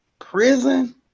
prison